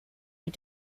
but